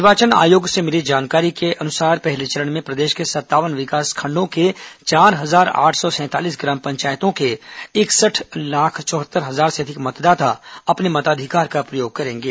निर्वाचन आयोग से मिली जानकारी के अनुसार पहले चरण में प्रदेश के सत्तावन विकासखंडों के चार हजार आठ सौ सैंतालीस ग्राम पंचायतों के इकसठ लाख चौहत्तर हजार से अधिक मतदाता अपने मताधिकार का प्रयोग करेंगे